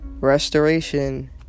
restoration